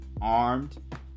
armed